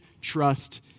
trust